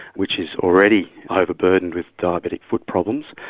which is already overburdened with diabetic foot problems,